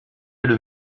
elle